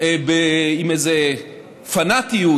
עם איזו פנאטיות